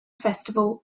festival